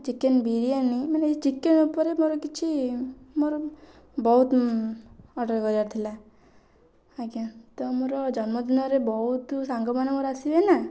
chicken biryani ମାନେ chicken ଉପରେ ମୋର କିଛି ମୋର ବହୁତ ଅର୍ଡ଼ର୍ କରିବାର ଥିଲା ଆଜ୍ଞା ତ ମୋର ଜନ୍ମଦିନରେ ବହୁତ ସାଙ୍ଗମାନେ ମୋର ଆସିବେ ନା